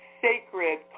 sacred